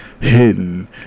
hidden